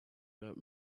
about